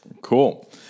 Cool